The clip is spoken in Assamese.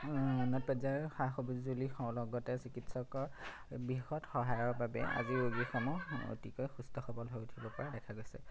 উন্নত পৰ্যায়ৰ সা সঁজুলিৰ লগতে চিকিৎসকৰ বিষয়ত সহায়ৰ বাবে আজি ৰোগীসমূহ অতিকৈ সুস্থ সৱল হৈ উঠিব পৰা দেখা গৈছে